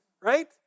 right